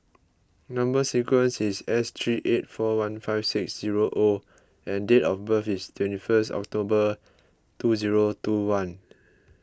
Number Sequence is S three eight four one five six zero O and date of birth is twenty first October two zero two one